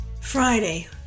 Friday